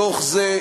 אבל זאת לא השאלה.